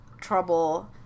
trouble